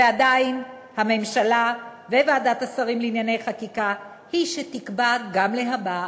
ועדיין הממשלה וועדת השרים לענייני חקיקה היא שתקבע גם להבא,